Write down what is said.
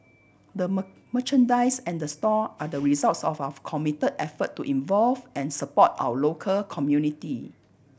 the merchandise and the store are the results of our committed effort to involve and support our local community